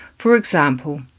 for example,